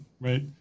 Right